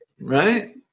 Right